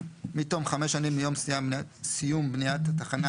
מתום חמש שנים מיום סיום בניית התחנה,